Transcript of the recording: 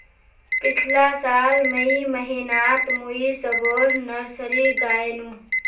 पिछला साल मई महीनातमुई सबोर नर्सरी गायेनू